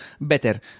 better